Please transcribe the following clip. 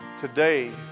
today